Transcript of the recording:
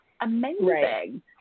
amazing